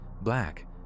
Black